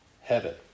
heaven